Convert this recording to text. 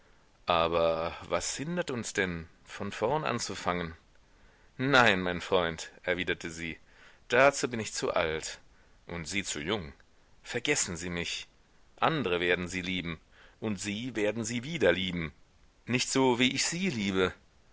aber was hindert uns denn von vorn anzufangen nein mein freund erwiderte sie dazu bin ich zu alt und sie zu jung vergessen sie mich andre werden sie lieben und sie werden sie wieder lieben nicht so wie ich sie liebe